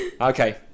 Okay